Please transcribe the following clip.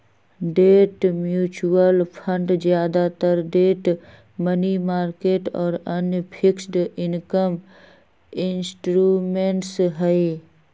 debt mutual fund ज्यादातर debt, money market और अन्य फिक्स्ड इनकम इंस्ट्रूमेंट्स हई